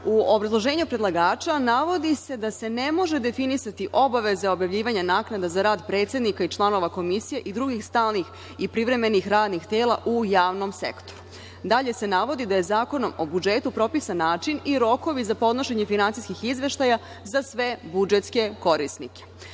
obrazloženju predlagača navodi se da se ne može definisati obaveza za objavljivanje naknada za rad predsednika i članova komisija i drugih stalnih i privremenih radnih tela u javnom sektoru. Dalje se navodi da je Zakonom o budžetu propisan način i rokovi za podnošenje finansijskih izveštaja za sve budžetske korisnike. Podnošenje